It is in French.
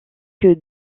que